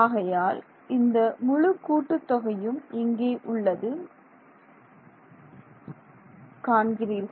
ஆகையால் இந்த முழு கூட்டுத் தொகையும் இங்கே உள்ளது காண்கிறீர்கள்